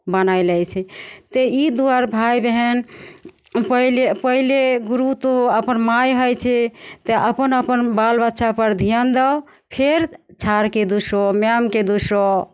बनै लै छै तऽ एहि दुआरे भाइ बहिन पहिले पहिले गुरु तो अपन माइ होइ छै तऽ अपन अपन बाल बच्चापर धिआन दहो फेर सरकेँ दुसहो मैमकेँ दुसहो